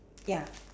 ya